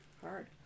hard